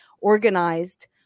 organized